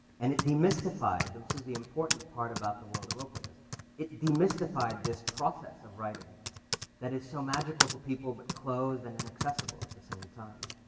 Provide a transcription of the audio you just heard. and it demystified this is the important part about the world of openness it demystified this process of writing that is so magical to people, but closed and inaccessible at the same time.